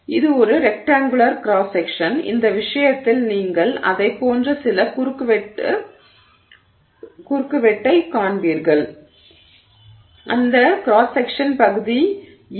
எனவே இது ஒரு ரெக்டாங்குளர் கிராஸ் செக்க்ஷன் அந்த விஷயத்தில் நீங்கள் அதைப் போன்ற சில குறுக்குவெட்டு இருப்பீர்கள் அந்த குறுக்கு வெட்டு பகுதி ஏ